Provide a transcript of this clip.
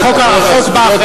חבר הכנסת רותם,